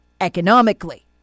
economically